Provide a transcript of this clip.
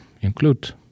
include